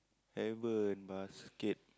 haven't basket